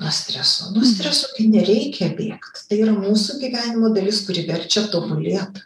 nuo streso nuo streso tai nereikia bėgt tai yra mūsų gyvenimo dalis kuri verčia tobulėt